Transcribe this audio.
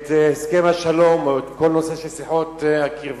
הסכם השלום או את כל הנושא של שיחות הקרבה.